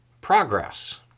progress